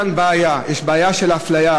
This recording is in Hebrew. כי יש כאן בעיה: יש בעיה של אפליה,